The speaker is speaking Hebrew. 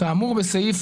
כאמור בסעיף".